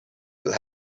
will